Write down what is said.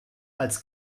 als